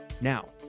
Now